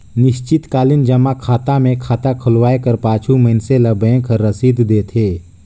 निस्चित कालीन जमा खाता मे खाता खोलवाए कर पाछू मइनसे ल बेंक हर रसीद देथे